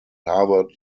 harvard